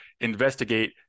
investigate